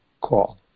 call